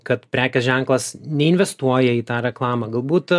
kad prekės ženklas neinvestuoja į tą reklamą galbūt